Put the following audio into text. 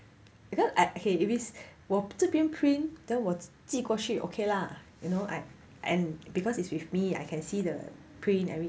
because I okay if is 我这边 print then 我寄过去 okay lah you know I and because it's with me I can see the print everything